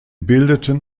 bildeten